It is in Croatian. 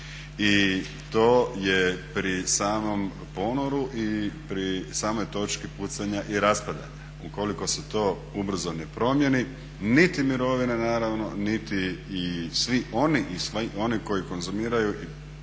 i to je pri samom ponoru i pri samoj točki pucanja i raspadanja. Ukoliko se to ubrzo ne promjeni niti mirovine naravno, niti i svi oni koji konzumiraju i primaju